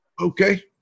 Okay